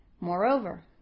Moreover